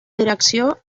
direcció